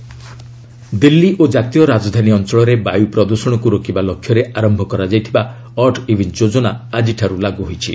odd even Delhi ଓ ଜାତୟ ରାଜଧାନୀ ଅଞ୍ଚଳରେ ବାୟୁ ପ୍ରଦୃଷଣକୁ ରୋକିବା ଲକ୍ଷ୍ୟରେ ଆରମ୍ଭ କରାଯାଇଥିବା ଅଡ୍ ଇଭିନ୍ ଯୋଜନା ଆଜିଠାର୍ଚ୍ଚ ଲାଗ୍ର ହୋଇଛି